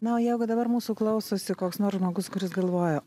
na o jeigu dabar mūsų klausosi koks nors žmogus kuris galvoja